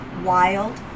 wild